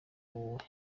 uwuhe